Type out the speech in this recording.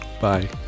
Bye